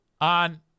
on